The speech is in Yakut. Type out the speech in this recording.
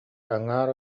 аҥаар